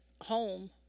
home